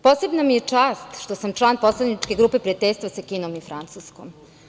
Posebna mi je čast što sam član Poslaničke grupe prijateljstva sa Kinom i Francuskom.